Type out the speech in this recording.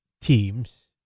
teams